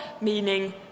meaning